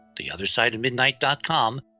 theothersideofmidnight.com